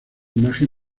imagen